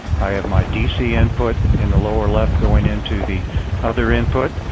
i have my dc input in the lower left going into the other input.